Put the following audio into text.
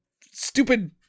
stupid